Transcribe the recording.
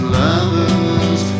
lovers